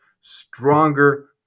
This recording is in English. stronger